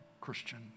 Christian